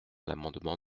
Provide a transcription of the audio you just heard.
l’amendement